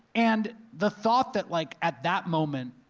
and the thought that like at that moment,